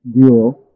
duo